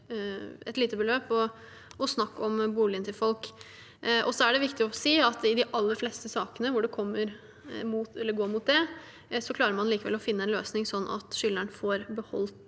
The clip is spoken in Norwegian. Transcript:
og snakk om boligen til folk. Det er viktig å si at man i de aller fleste sakene hvor det går mot dette, likevel klarer å finne en løsning sånn at skyldneren får beholde